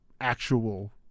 actual